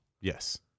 Yes